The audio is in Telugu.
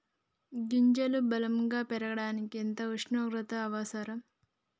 గింజలు బలం గా పెరగడానికి ఎంత ఉష్ణోగ్రత అవసరం?